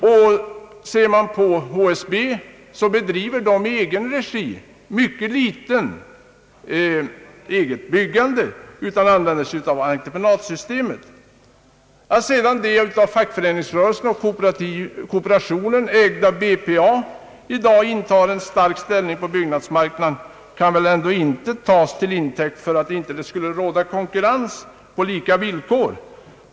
Vad gäller HSB så bedriver man där i ringa omfattning eget byggande, man använder sig för det mesta av entreprenadsystemet. Att sedan det av fackföreningarna och kooperationen ägda BPA i dag intar en stark ställning på byggnadsmarknaden kan inte tas som bevis för att det inte skulle råda konkurrens på lika villkor.